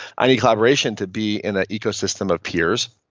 i need collaboration to be in an ecosystem of peers.